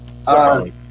Sorry